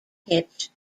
hitch